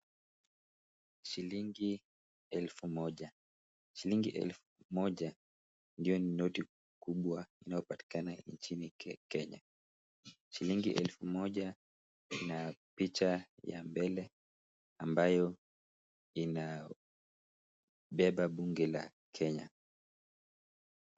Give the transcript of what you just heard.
Shilingi elfu moja. Shilingi elfu moja ndiyo noti kubwa inayopatikana nchini Kenya. Shilingi elfu moja ina picha ya mbele ambayo inabeba bunge la Kenya.